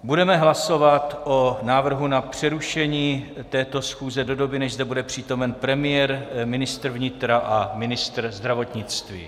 Budeme hlasovat o návrhu na přerušení této schůze do doby, než zde bude přítomen premiér, ministr vnitra a ministr zdravotnictví.